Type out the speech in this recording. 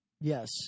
Yes